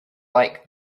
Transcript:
like